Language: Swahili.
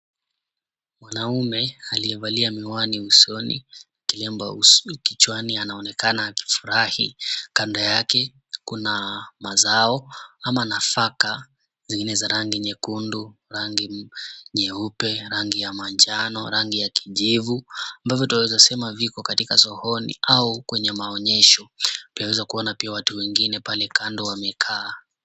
Mwanaume aliyevaa miwani usoni, kilemba kichwani anaonekana akifurahi. Kando yake kuna mazao ama nafaka zingine za rangi nyekundu, rangi nyeupe, rangi ya manjano, rangi ya kijivu ambavyo tunaweza sema viko katika sokoni au kwenye maonyesho. Pia unaweza kuona pia watu wengine pale kando wamekaa.